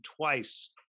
twice